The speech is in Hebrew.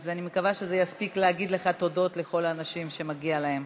אז אני מקווה שזה יספיק לך להגיד תודות לכל האנשים שמגיעה להם